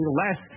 less